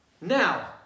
now